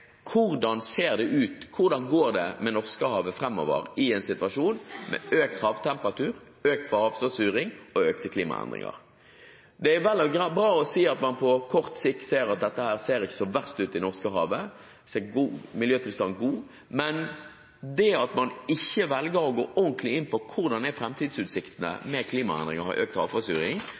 går med Norskehavet framover i en situasjon med økt havtemperatur, økt havforsuring og økte klimaendringer. Det er vel og bra at det på kort sikt ikke ser så verst ut i Norskehavet. Miljøtilstanden er god, men det at man ikke går ordentlig inn på framtidsutsiktene med klimaendringer og økt havforsuring